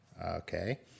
Okay